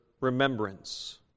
remembrance